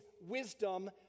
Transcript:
wisdom